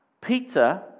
Peter